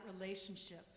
relationship